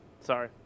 Sorry